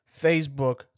Facebook